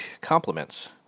compliments